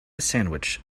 sandwich